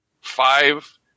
five